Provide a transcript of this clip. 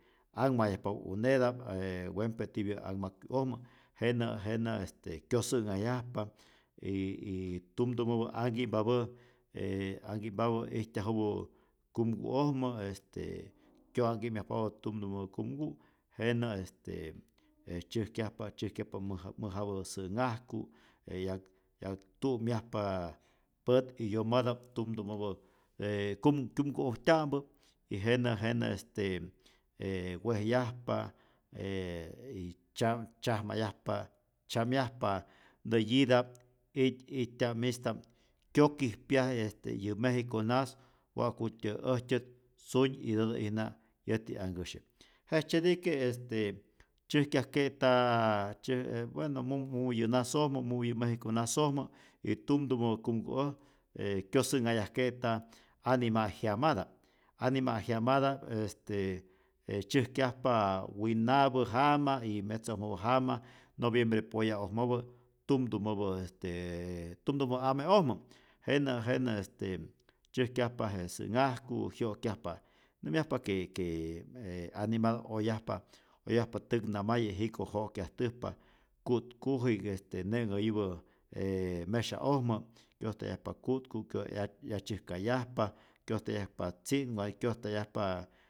Anhmayajpapä uneta'p e wempe tipyä anhmakyu'ojmä, jenä' jenä este kyosä'nhajyajpa y y tumtumäpä anhki'mpapä' e anhki'mpapä ijtyajupä kumku'ojmä este kyo'anhki'myajpapä tumtumäpä kumku', jenä este e tzyäjkyajpa tzyäjkyajpa mäja mäjapä sä'nhajku, e 'yak 'yaktu'myajpa pät y yomota'p tumtumäpä e kum kyumku'ojtya'mpä, y jenä jenä este e wejyajpa e y tzyam tzyajmayajpa tzyamyajpa näyita'p e itya'mista'p kyokijpyaj este yä mejico nas wa'kutyä äjtyät suny itätä'ijna yäki'anhkäsye, jejtzyetike este tzyäjkyajke't tzyäj e bueno mumupä yä nasojmä mumu yä mejiko nasojmä y tumtumäpä kumku'oj e kyosä'nhajyajke'ta anima' jyamata'p, anima' jyamata'p este e tzyäjkyajpa winapä jama y metza'ojmopä jama noviembre poya'ojmäpä, tumtumäpä estee tumtumä ame'ojmä, jenä' jenä este tzyäjkyajpa je sä'nhajku, jyo'kyajpa nämyaja que que je animata'p oyajpa oyajapa täknamaye jiko' jo'kyajtäjpa ku'tkuji'k este ne'nhäyupä e mesya'ojmä, kyojtayajpa ku'tku', kyo 'yatzyä 'yatzyäjkayajpa, kyojtayajpa tzi'nway, kyojtayajpa,